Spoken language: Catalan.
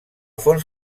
fons